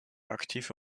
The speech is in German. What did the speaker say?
aktive